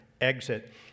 exit